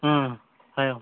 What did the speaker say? ꯑ ꯍꯥꯏꯌꯣ